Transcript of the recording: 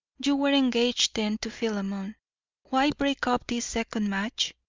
you were engaged then to philemon. why break up this second match?